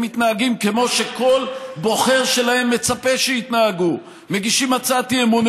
הם מתנהגים כמו שכל בוחר שלהם מצפה שיתנהגו: מגישים הצעת אי-אמון,